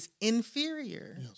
inferior